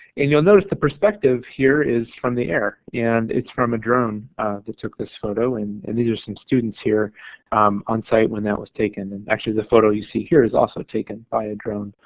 and you'll notice the perspective here is from the air and it's from a drone that took this photo, and and these are some students here on site when that was taken and actually the photo you see here is also taken by a drone.